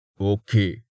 Okay